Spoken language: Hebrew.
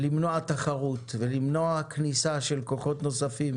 למנוע תחרות ולמנוע כניסה של כוחות נוספים